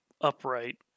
upright